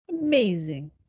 Amazing